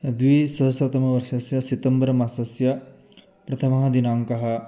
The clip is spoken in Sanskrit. द्विसहस्रतमवर्षस्य सितम्बर् मासस्य प्रथमः दिनाङ्कः